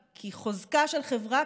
כי חוזקה של חברה,